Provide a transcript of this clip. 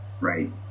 right